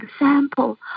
example